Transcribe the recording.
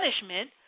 punishment